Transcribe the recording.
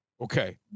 okay